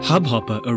Hubhopper